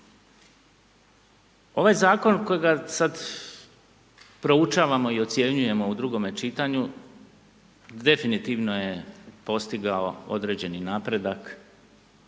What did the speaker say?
Ovaj zakon kojega sad proučavamo i ocjenjujemo u drugome čitanju, definitivno je postigao određeni napredak